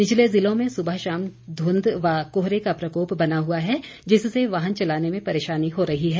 निचले जिलों में सुबह शाम धुंध व कोहरे का प्रकोप बना हुआ है जिससे वाहन चलाने में परेशानी हो रही है